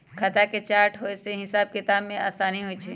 खता के चार्ट होय से हिसाब किताब में असानी होइ छइ